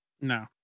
No